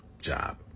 job